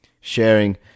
sharing